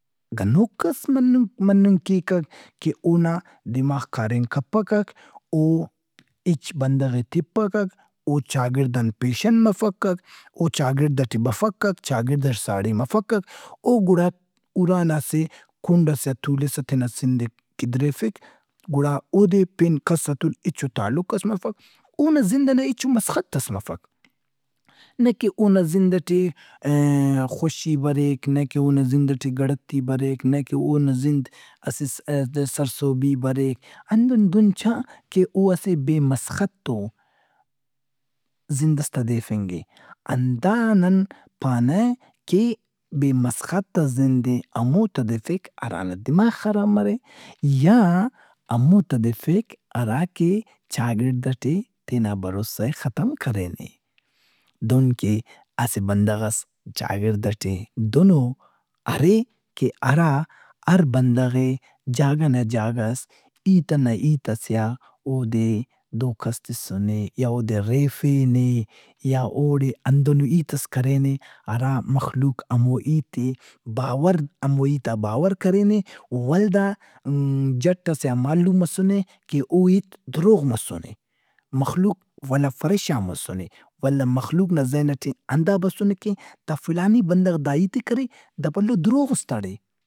گنوکس منہِ- morning cake کہ اونا دماغ کاریم کپکک۔ او ہچ بندغ ئے تپکک۔ او چاگِڑد ان پیشن مفکک۔ او چاگڑد ئٹے بفکک، چاگڑد ئٹے ساڑی مفکک۔ او گڑا اُڑا نا اسہ کُنڈئسے آ تُولوک تینا زندئے گدریفک گُڑا اودے پین کس ئتو ہچو تعلق ئس مفک۔ اونا زند ئنا ہچو مسخت ئس مفک۔ نئے کہ اونا زند ئٹے خوشی بریک نئے کہ اونا زندئٹے گڑتی بریک نئے کہ اونا زند اسہ سر سہبی بریک ہندن دہن چا اواسہ بے مسختو زندئس تدیفنگ اے۔ ہندا نن پانہ کہ بے مسخت آ زندئے ہمو تدیفک ہرانا دماغ خراب مرے یا ہمو تدیفک ہراکہ چاگڑد ئٹے تینا بھروسہ ئے ختم کرینے۔ دہن کہ اسہ بندغس اسہ چاگڑد ئٹے دہنو ارے ہرا ہر بندغ ئے جاگہ نہ جاگہس، ہیت ئنا ہیت ئسے آ اودے دھوکہس تسنے یا اودے ریفینے یا اوڑے ہندنو ہیتس کرینے ہرا مخلوق ہمو ہیت ئے باورہمو ہیت آ باور کرینے ولدا جٹ ئسے آ معلوم مسنے کہ او ہیت دروغ مسنے۔ مخلق ولدا فریشان مسنے۔ ولدا مخلوق نا ذہن ئٹے ہندا بسنے کہ دا فلانی بندغ د اہیت ئے کرے۔ دا بھلو دروغس تڑے۔